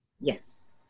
Yes